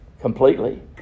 completely